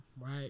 right